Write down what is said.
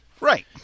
Right